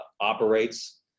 operates